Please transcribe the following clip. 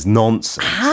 nonsense